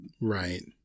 Right